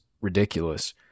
ridiculous